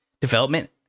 development